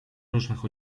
różnych